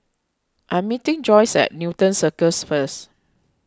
I'm meeting Joyce at Newton Circus first